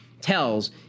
tells